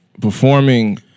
performing